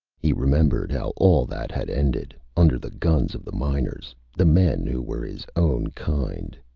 he remembered how all that had ended, under the guns of the miners the men who were his own kind.